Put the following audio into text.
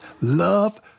love